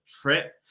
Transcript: trip